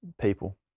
people